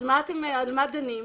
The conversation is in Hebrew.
אז הוא שאל: על מה דנים?